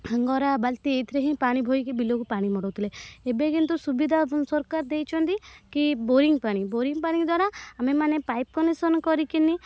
ଗରା ବାଲ୍ଟି ଏଇଥିରେ ହିଁ ପାଣି ବୋହିକି ବିଲକୁ ପାଣି ମଡ଼ାଉଥିଲେ ଏବେ କିନ୍ତୁ ସୁବିଧା ସରକାର ଦେଇଛନ୍ତି କି ବୋରିଙ୍ଗ୍ ପାଣି ବୋରିଙ୍ଗ୍ ପାଣି ଦ୍ୱାରା ଆମ୍ଭେମାନେ ପାଇପ୍ କନେକସନ୍ କରିକରି